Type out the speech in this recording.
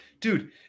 dude